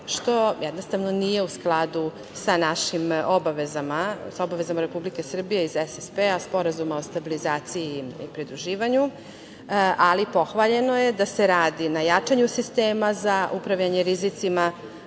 što jednostavno nije u skladu sa našim obavezama, sa obavezama Republike Srbije iz SSP-a, Sporazuma o stabilizaciji i pridruživanju, ali pohvaljeno je da se radi na jačanju sistema za upravljanje rizicima. Važno